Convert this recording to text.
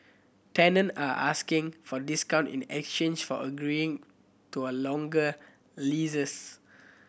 tenant are asking for discount in exchange for agreeing to a longer leases